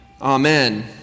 Amen